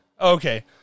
Okay